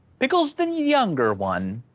pickle's the younger one.